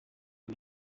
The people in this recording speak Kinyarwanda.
ibi